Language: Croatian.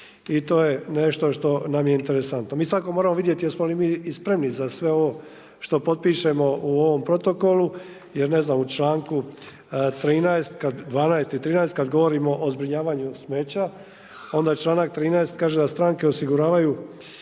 I to je nešto što nam je interesantno. Mi svakako moramo vidjeti jesmo li mi i spremni za sve ovo što potpišemo u ovom protokolu, jer ne znam u članku 13., 12. i 13. kad govorimo o zbrinjavanju smeća onda članak 13. kaže da stranke osiguravaju